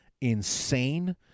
insane